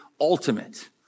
ultimate